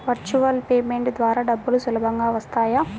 Virtual payment ద్వారా డబ్బులు సులభంగా వస్తాయా?